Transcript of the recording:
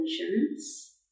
insurance